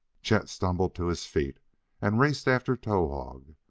chet stumbled to his feet and raced after towahg.